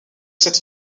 cette